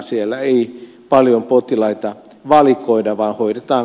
siellä ei paljon potilaita valikoida vaan hoideta